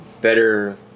better